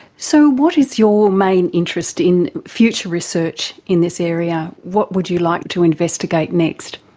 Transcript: so what is your main interest in future research in this area, what would you like to investigate next?